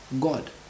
God